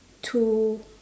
two